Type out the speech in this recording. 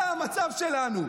זה המצב שלנו.